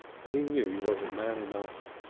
but he knew he wasn't man enough.